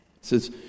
says